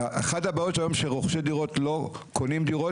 אחת הבעיות היום שרוכשי דירות לא קונים דירות,